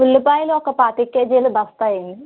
ఉల్లిపాయలు ఒక పాతిక కేజీలు బస్తా